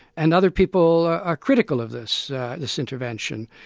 and other people are are critical of this this intervention.